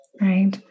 right